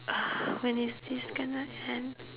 when is this gonna end